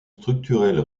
structurels